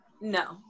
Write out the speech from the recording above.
no